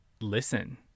listen